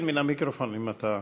כן, מהמיקרופון, אם אתה מעוניין.